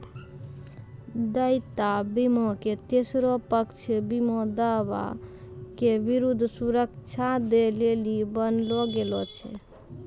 देयता बीमा के तेसरो पक्ष बीमा दावा के विरुद्ध सुरक्षा दै लेली बनैलो गेलौ छै